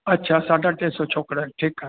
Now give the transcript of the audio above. अच्छा साढा टे सौ छोकिरा आहिनि ठीकु आहे